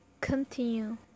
continue